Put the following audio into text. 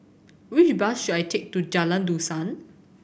which bus should I take to Jalan Dusan